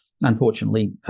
Unfortunately